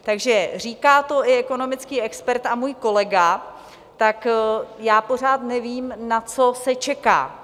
Takže říká to i ekonomický expert a můj kolega, tak já pořád nevím, na co se čeká.